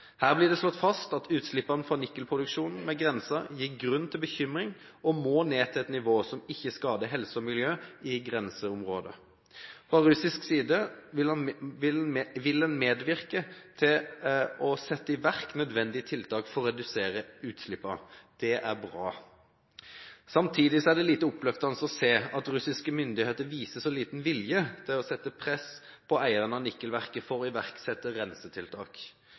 Her blir det slått fast at utslippene fra nikkelproduksjonen ved grensen gir grunn til bekymring og må ned til et nivå som ikke skader helse og miljø i grenseområdet. Fra russisk side vil en medvirke til å sette i verk nødvendige tiltak for å redusere utslippene – det er bra. Samtidig er det lite oppløftende å se at russiske myndigheter viser så liten vilje til å sette press på eierne av nikkelverket for å iverksette rensetiltak.